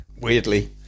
Weirdly